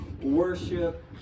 worship